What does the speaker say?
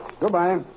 Goodbye